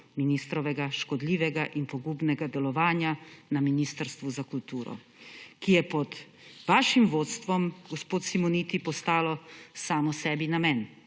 ministrovega škodljivega in pogubnega delovanja na Ministrstvu za kulturo, ki je pod vašim vodstvom, gospod Simoniti, postalo samo sebi namen.